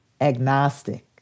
agnostic